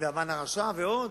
המן הרשע ועוד.